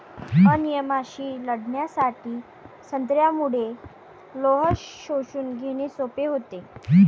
अनिमियाशी लढण्यासाठी संत्र्यामुळे लोह शोषून घेणे सोपे होते